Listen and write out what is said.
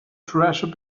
treasure